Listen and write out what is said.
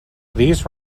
these